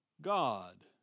God